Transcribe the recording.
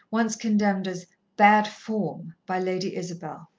once condemned as bad form by lady isabel.